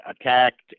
attacked